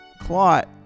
clot